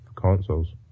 consoles